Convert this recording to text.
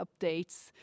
updates